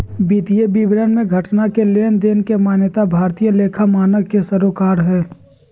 वित्तीय विवरण मे घटना के लेनदेन के मान्यता भारतीय लेखा मानक के सरोकार हय